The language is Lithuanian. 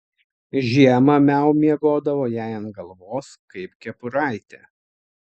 žiemą miau miegodavo jai ant galvos kaip kepuraitė